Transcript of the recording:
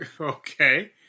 Okay